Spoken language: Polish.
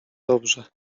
dobrze